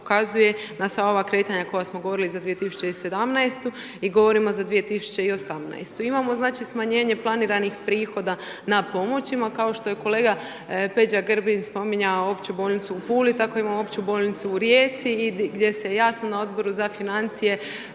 n sva ova kretanja koja smo govorili za 2017. i govorimo i za 2018. Imamo znači smanjenje planiranih prihoda na pomoćima, kao što je kolega Peđa Grbin spominjao Opću bolnicu u Puli, tako imamo Opću bolnicu u Rijeci gdje se jasno na Odboru za financije